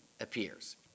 appears